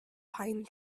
pine